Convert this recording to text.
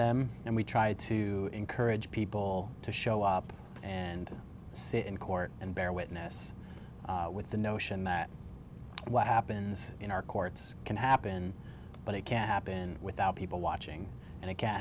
them and we try to encourage people to show up and sit in court and bear witness with the notion that what happens in our courts can happen but it can happen without people watching and it can